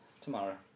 tomorrow